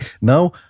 now